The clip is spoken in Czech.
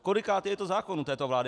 Kolikátý je to zákon této vlády!